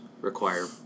require